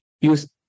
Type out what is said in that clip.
use